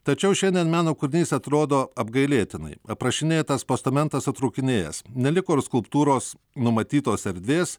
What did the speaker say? tačiau šiandien meno kūrinys atrodo apgailėtinai aprašinėtas postamentas sutrūkinėjęs neliko ir skulptūros numatytos erdvės